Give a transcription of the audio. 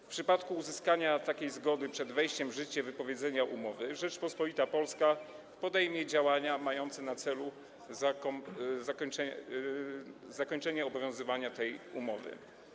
W przypadku uzyskania takiej zgody przed wejściem w życie wypowiedzenia umowy Rzeczpospolita Polska podejmie działania mające na celu zakończenie obowiązywania tej umowy.